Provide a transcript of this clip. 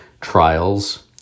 trials